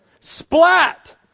Splat